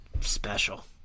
special